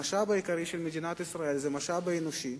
המשאב העיקרי של מדינת ישראל הוא המשאב האנושי,